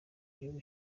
ibihugu